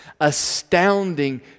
astounding